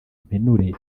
impenure